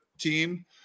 team